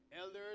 Elders